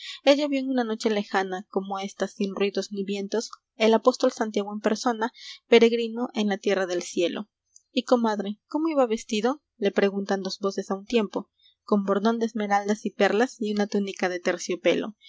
ella vio en una noche lejana como esta sin ruidos ni vientos el apóstol santiago n persona peregrino en la tierra del cielo y comadre cómo iba vestido le preguntan dos voces a un tiempo con bordón de esmeraldas y perlas y una túnica de terciopelo